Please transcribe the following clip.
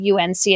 UNC